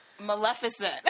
Maleficent